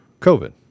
COVID